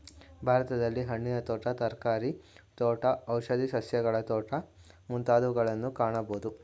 ಭಾರತದಲ್ಲಿ ಹಣ್ಣಿನ ತೋಟ, ತರಕಾರಿ ತೋಟ, ಔಷಧಿ ಸಸ್ಯಗಳ ತೋಟ ಮುಂತಾದವುಗಳನ್ನು ಕಾಣಬೋದು